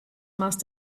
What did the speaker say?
must